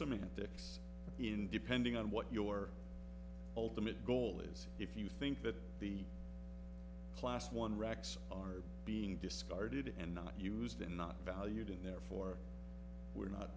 ticks in depending on what your ultimate goal is if you think that the class one racks are being discarded and not used in not valued in therefore we're not